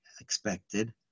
expected